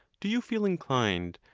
do you feel inclined,